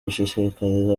gushishikariza